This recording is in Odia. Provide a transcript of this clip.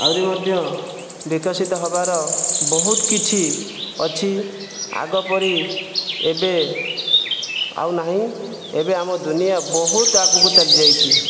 ଆହୁରି ମଧ୍ୟ ବିକଶିତ ହେବାର ବହୁତ କିଛି ଅଛି ଆଗ ପରି ଏବେ ଆଉ ନାହିଁ ଏବେ ଆମ ଦୁନିଆ ବହୁତ ଆଗକୁ ଚାଲି ଯାଇଛି